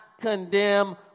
condemn